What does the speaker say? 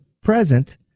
present